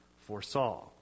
foresaw